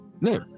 No